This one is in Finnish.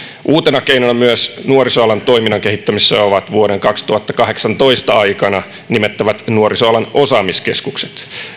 uutena keinona nuorisoalan toiminnan kehittämisessä ovat vuoden kaksituhattakahdeksantoista aikana nimettävät nuorisoalan osaamiskeskukset